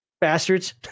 bastards